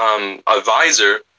advisor